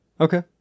Okay